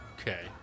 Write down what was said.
Okay